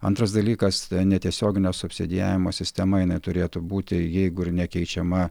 antras dalykas netiesioginio subsidijavimo sistema jinai turėtų būti jeigu ir nekeičiama